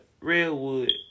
Redwood